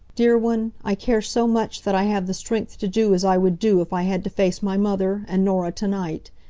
dear one, i care so much that i have the strength to do as i would do if i had to face my mother, and norah tonight.